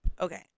Okay